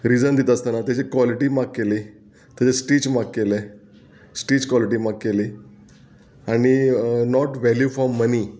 reason दिता आसतना तेजी क्वॉलिटी मार्क केली तेजे स्टिच माग केले स्टीच क्वॉलिटी मार केली आनी नॉट वेल्यू फॉर मनी